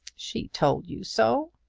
she told you so?